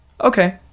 Okay